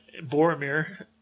Boromir